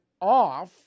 off